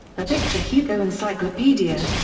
a victor hugo encyclopedia.